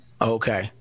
okay